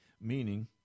Meaning